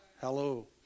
Hello